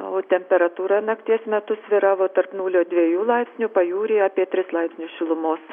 o temperatūra nakties metu svyravo tarp nulio dviejų laipsnių pajūry apie tris laipsnius šilumos